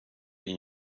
این